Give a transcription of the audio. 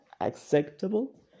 acceptable